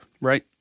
Right